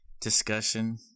discussion